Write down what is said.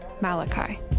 Malachi